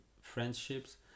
friendships